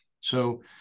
So-